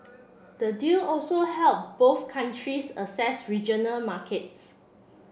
the deal also help both countries assess regional markets